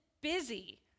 busy